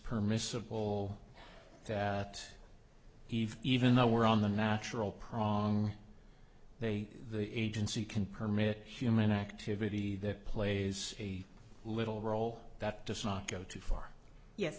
permissible that eve even though we're on the natural process they the agency can permit human activity that plays a little role that does not go too far yes